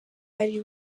ari